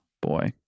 boy